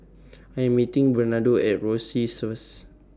I Am meeting Bernardo At Rosyth First